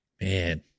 Man